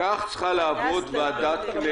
כך צריכה לעבוד ועדת כנסת.